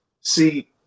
see